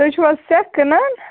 تُہۍ چھِو حظ سَیٚکھ کٕنان